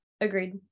agreed